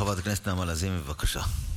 חברת הכנסת נעמה לזימי, בבקשה.